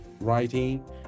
writing